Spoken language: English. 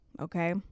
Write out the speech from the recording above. Okay